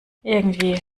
irgendwie